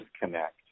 disconnect